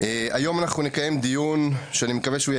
היום נקיים דיון ואני מקווה שהוא יהיה